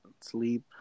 sleep